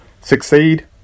succeed